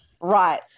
right